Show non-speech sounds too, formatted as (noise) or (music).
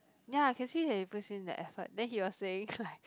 ya I can see that he puts in the effort then he was saying (laughs) like